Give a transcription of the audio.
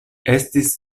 estis